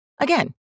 Again